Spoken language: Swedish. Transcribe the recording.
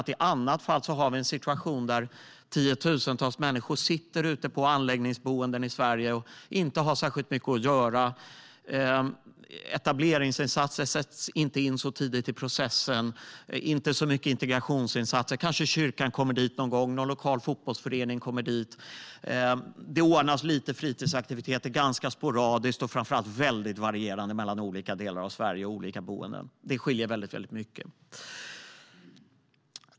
I annat fall har vi en situation där tiotusentals människor sitter ute på anläggningsboenden i Sverige och inte har särskilt mycket att göra. Etableringsinsatser sätts inte in så tidigt i processen och inte så mycket integrationsinsatser. Kanske kyrkan kommer dit någon gång, och någon lokal fotbollsförening kommer dit. Det ordnas lite fritidsaktiviteter ganska sporadiskt. Det är framför allt väldigt varierande mellan olika delar av Sverige och olika boenden. Det skiljer väldigt mycket.